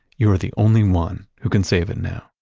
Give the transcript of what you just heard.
you're the only one who can save it now.